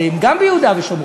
הרי הם גם ביהודה ושומרון.